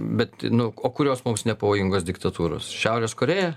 bet nu o kurios mums nepavojingos diktatūros šiaurės korėja